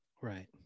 Right